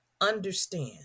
understand